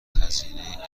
هزینه